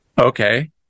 Okay